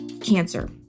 cancer